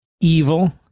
evil